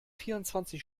vierundzwanzig